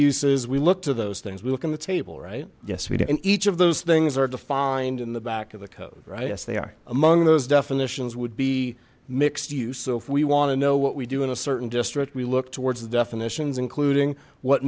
uses we look to those things we look on the table right yes we do and each of those things are defined in the back of the code right yes they are among those definitions would be mixed use so if we want to know what we do in a certain district we look towards the definitions including what